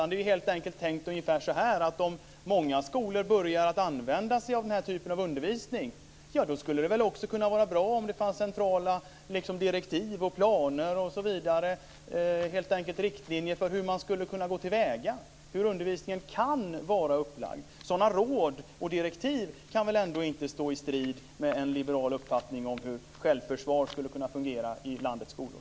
Det är helt enkelt tänkt ungefär så att om många skolor börjar att använda sig av den här typen av undervisning skulle det väl också vara bra om det fanns centrala direktiv och planer, helt enkelt riktlinjer för hur man skulle kunna gå tillväga, hur undervisningen kan vara upplagd. Sådana råd och direktiv kan väl ändå inte stå i strid med en liberal uppfattning om hur självförsvar skulle kunna fungera i landets skolor?